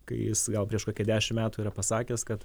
kai jis gal prieš kokį dešimt metų yra pasakęs kad